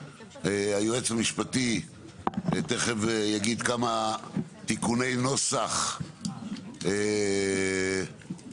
והיועץ המשפטי תכף יגיד כמה תיקוני נוסח שנעשו,